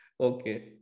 Okay